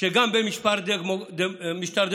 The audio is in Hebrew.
שגם במשטר דמוקרטי,